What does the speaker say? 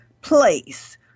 place